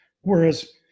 Whereas